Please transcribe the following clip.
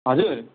हजुर